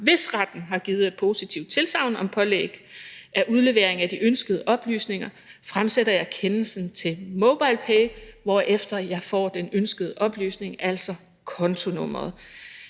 Hvis retten har givet positivt tilsagn om pålæg af udlevering af de ønskede oplysninger, fremsender jeg kendelsen til MobilePay, hvorefter jeg får den ønskede oplysning, altså kontonummeret.